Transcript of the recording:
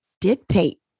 dictate